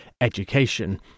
education